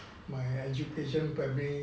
my education primary